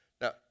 now